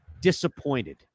disappointed